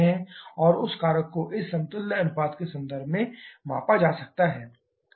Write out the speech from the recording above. और उस कारक को इस समतुल्य अनुपात के संदर्भ में मापा जाता है